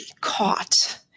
caught